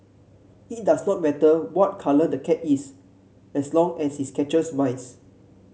it does not matter what colour the cat is as long as it catches mice